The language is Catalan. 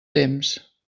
temps